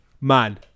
Man